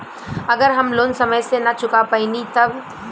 अगर हम लोन समय से ना चुका पैनी तब?